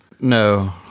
No